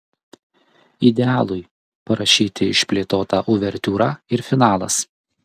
idealui parašyti išplėtota uvertiūra ir finalas